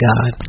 God